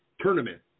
tournament